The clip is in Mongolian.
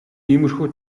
иймэрхүү